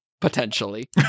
Potentially